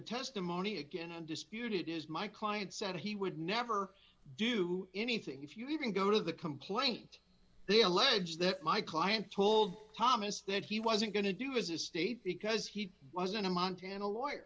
testimony again and disputed is my client said he would never do anything if you even go to the complaint they allege that my client told thomas that he wasn't going to do his estate because he wasn't in montana lawyer